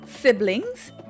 siblings